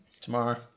Tomorrow